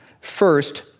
First